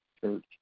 Church